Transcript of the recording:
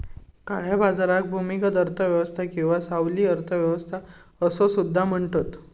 काळ्या बाजाराक भूमिगत अर्थ व्यवस्था किंवा सावली अर्थ व्यवस्था असो सुद्धा म्हणतत